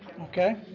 Okay